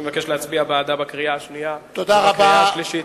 אני מבקש להצביע בעדה בקריאה השנייה ובקריאה השלישית.